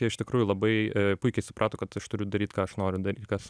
jie iš tikrųjų labai puikiai suprato kad aš turiu daryt ką aš noriu daryt kas